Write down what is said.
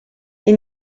est